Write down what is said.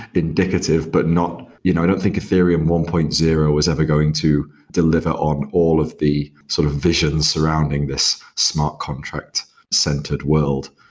indicative, but you know i don't think ethereum one point zero is ever going to deliver on all of the sort of visions surrounding this smart contract centered world.